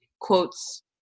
quotes